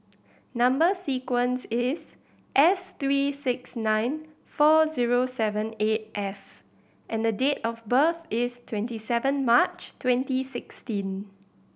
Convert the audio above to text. number sequence is S three six nine four zero seven eight F and date of birth is twenty seven March twenty sixteen